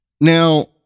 Now